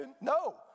No